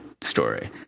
story